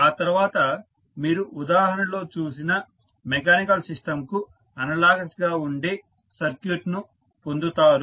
ఆ తర్వాత మీరు ఉదాహరణలో చూసిన మెకానికల్ సిస్టంకు అనలాగస్ గా ఉండే సర్క్యూట్ను పొందుతారు